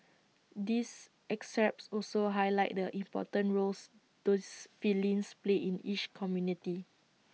these excerpts also highlight the important roles those felines play in each community